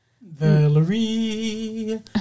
Valerie